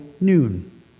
noon